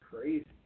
crazy